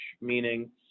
meaning